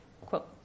Quote